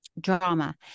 drama